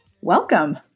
Welcome